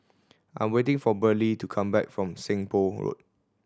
I am waiting for Burley to come back from Seng Poh Road